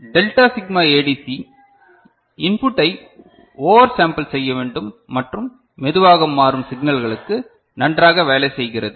delta sigma ADC இன்புட்டை over sample செய்ய வேண்டும் மற்றும் மெதுவாக மாறும் சிக்னல்களுக்கு நன்றாக வேலை செய்கிறது